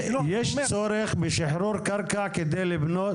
יש צורך בשחרור קרקע כדי לבנות.